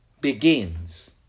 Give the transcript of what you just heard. begins